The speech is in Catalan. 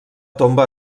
tomba